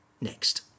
next